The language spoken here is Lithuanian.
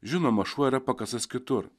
žinoma šuo yra pakastas kitur